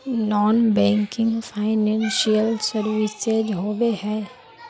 Non banking financial services होबे है?